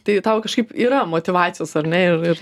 tai tau kažkaip yra motyvacijos ar ne ir ir